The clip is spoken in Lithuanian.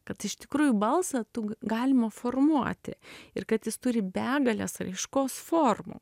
kad iš tikrųjų balsą galima formuoti ir kad jis turi begales raiškos formų